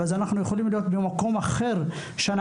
כי אז אנחנו יכולים להיות במקום אחר בשנה